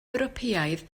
ewropeaidd